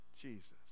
Jesus